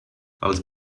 els